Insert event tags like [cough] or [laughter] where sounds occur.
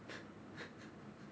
[laughs]